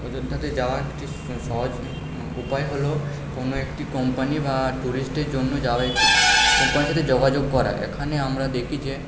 অযোধ্যাতে যাওয়ার যে সহজ উপায় হলো কোনো একটি কোম্পানি বা ট্যুরিস্টের জন্য যাবে কোম্পানির সাথে যোগাযোগ করা এখানে আমরা দেখি যে